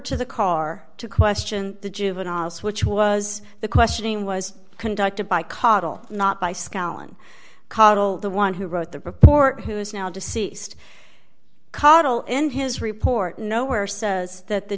to the car to question the juveniles which was the questioning was conducted by cottle not by skull and cottle the one who wrote the report who is now deceased cottle in his report nowhere says that the